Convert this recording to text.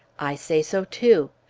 i say so, too.